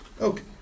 Okay